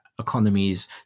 Economies